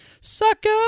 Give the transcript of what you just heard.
sucker